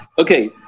Okay